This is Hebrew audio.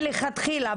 מלכתחילה,